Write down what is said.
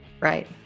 Right